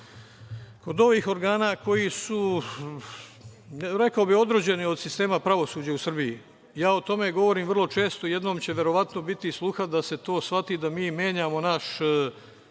kod ovih organa koji su odrođeni od sistema pravosuđa u Srbiji. Ja o tome govorim vrlo često. Jednom će verovatno biti sluha da se to shvati, da mi menjamo naš